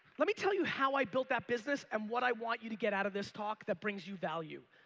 let me tell you how i built that business and what i want you to get out of this talk that brings you value.